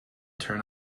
turn